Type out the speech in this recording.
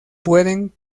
pueden